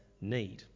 need